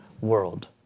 world